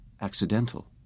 Accidental